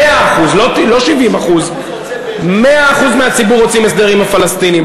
לא 70%. 100% של הציבור רוצים הסדר עם הפלסטינים.